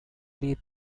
daily